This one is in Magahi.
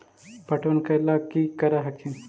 पटबन करे ला की कर हखिन?